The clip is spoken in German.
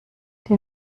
die